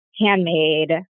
handmade